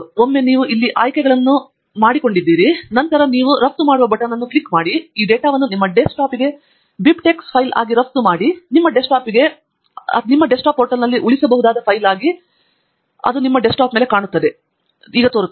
ಒಮ್ಮೆ ನೀವು ಇಲ್ಲಿ ಆಯ್ಕೆಗಳನ್ನು ಆಯ್ಕೆ ಮಾಡಿಕೊಂಡಿದ್ದೀರಿ ನಂತರ ನೀವು ಇಲ್ಲಿ ರಫ್ತು ಮಾಡುವ ಬಟನ್ ಅನ್ನು ಕ್ಲಿಕ್ ಮಾಡಬಹುದು ಈ ಡೇಟಾವನ್ನು ನಿಮ್ಮ ಡೆಸ್ಕ್ಟಾಪ್ಗೆ ಬಿಬೈಟ್ಎಕ್ಸ್ ಫೈಲ್ ಆಗಿ ರಫ್ತು ಮಾಡಲು ಮತ್ತು ನಿಮ್ಮ ಡೆಸ್ಕ್ಟಾಪ್ಗೆ ನಿಮ್ಮ ಡೆಸ್ಕ್ಟಾಪ್ ಫೋಲ್ಡರ್ನಲ್ಲಿ ಉಳಿಸಬಹುದಾದ ಫೈಲ್ ಆಗಿ ನಿಮ್ಮ ಡೆಸ್ಕ್ಟಾಪ್ಗೆ ಬರುತ್ತವೆ